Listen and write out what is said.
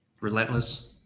relentless